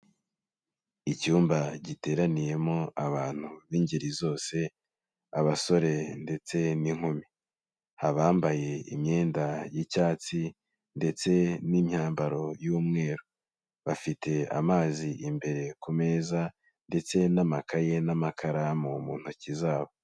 Icyumba giteraniyemo abantu b'ingeri zose, abasore ndetse n'inkumi, abambaye imyenda y'icyatsi ndetse n'imyambaro y'umweru. Bafite amazi imbere ku meza ndetse n'amakaye n'amakaramu mu ntoki zabo.